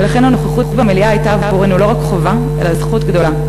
ולכן הנוכחות במליאה הייתה עבורנו לא רק חובה אלא זכות גדולה.